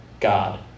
God